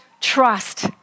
trust